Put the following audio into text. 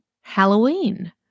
Halloween